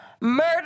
murder